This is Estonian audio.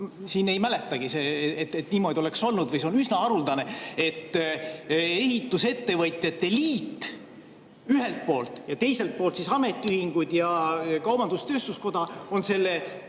siin ei mäletagi, et niimoodi oleks olnud – see on üsna haruldane –, et ehitusettevõtjate liit ühelt poolt ja teiselt poolt ametiühingud ja kaubandus-tööstuskoda on selle